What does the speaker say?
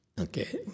Okay